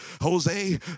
Jose